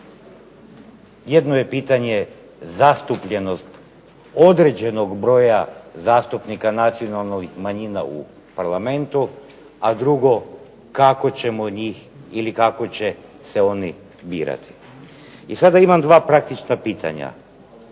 Jedno je pitanje zastupljenost određenog broja zastupnika nacionalnih manjina u parlamentu, a drugo kako će se oni birati. I sada imam dva praktična pitanja